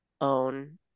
own